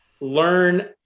learn